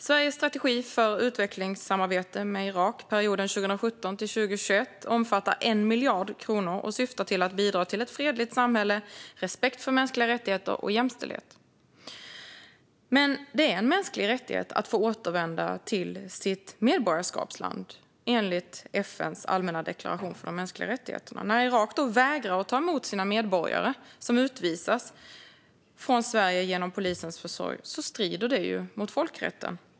Sveriges strategi för utvecklingssamarbete med Irak under perioden 2017-2021 omfattar 1 miljard kronor och syftar till att bidra till ett fredligt samhälle, respekt för mänskliga rättigheter och jämställdhet. Men det är en mänsklig rättighet att få återvända till sitt medborgarskapsland, enligt FN:s allmänna deklaration om de mänskliga rättigheterna. När Irak vägrar att ta emot sina medborgare, som utvisas från Sverige genom polisens försorg, strider det mot folkrätten.